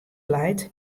leit